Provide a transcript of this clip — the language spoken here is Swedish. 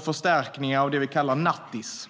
förstärkningar av det vi kallar nattis.